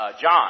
John